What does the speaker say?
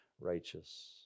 righteous